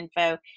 info